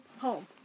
Home